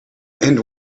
and